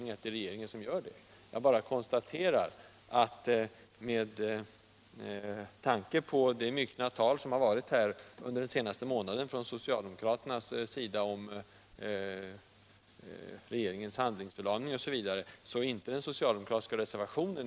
Jag konstaterar bara att den socialdemokratiska reservationen i socialutskottet med tanke på det myckna tal som förekommit under den senaste månaden från socialdemokraterna om regeringens handlingsförlamning osv. inte är särskilt imponerande.